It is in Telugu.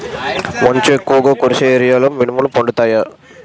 మంచు ఎక్కువుగా కురిసే ఏరియాలో మినుములు పండుతాయా?